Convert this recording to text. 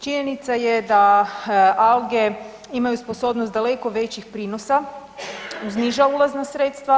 Činjenica je da alge imaju sposobnost daleko većih prinosa uz niža ulazna sredstva.